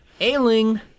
Ailing